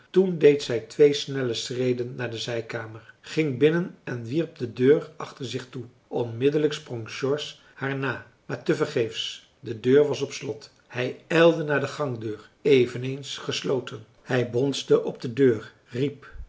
toen deed zij twee snelle schreden naar de zijkamer ging binnen en wierp de deur achter zich toe onmiddelijk sprong george haar na maar te vergeefs de deur was op slot hij ijlde naar de gangdeur eveneens gesloten hanna doe open geen antwoord hij bonsde op de deur riep